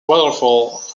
waterfalls